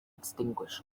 extinguished